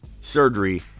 surgery